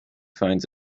finds